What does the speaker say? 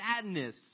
sadness